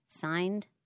Signed